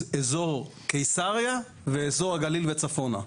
אזור קיסריה ואזור הגליל וצפונה.